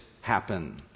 happen